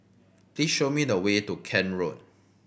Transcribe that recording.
please show me the way to Kent Road